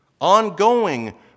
ongoing